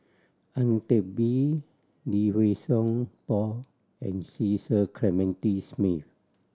Ang Teck Bee Lee Wei Song Paul and Cecil Clementi Smith